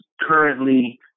currently